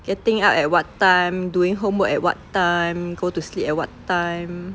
getting up at what time doing homework at what time go to sleep at what time